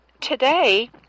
today